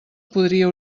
podria